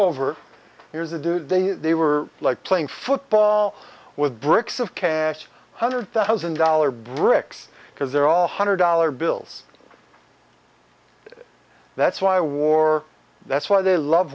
over here's a dude then they were like playing football with bricks of cash hundred thousand dollar bricks because there are a hundred dollar bills that's why war that's why they love